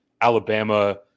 alabama